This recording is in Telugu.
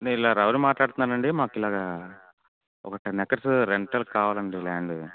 నేను ఇలా రమణ మాట్లాడుతున్నానండి మాకు ఇలాగా ఒక టెన్ ఎకర్స్ రెంటలు కావాలండి ల్యాండ్